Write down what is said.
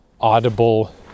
audible